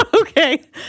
Okay